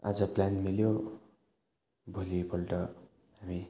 आज प्लान मिल्यो भोलिपल्ट हामी